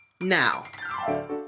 now